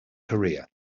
career